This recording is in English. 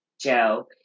Joe